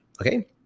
Okay